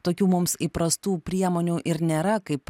tokių mums įprastų priemonių ir nėra kaip